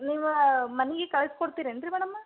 ನೀವೇ ಮನೆಗೆ ಕಳ್ಸಿ ಕೊಡ್ತೀರಾ ಏನು ರೀ ಮೇಡಮ್